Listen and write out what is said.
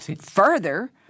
Further